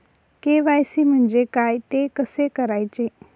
KYC म्हणजे काय? ते कसे करायचे?